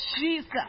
jesus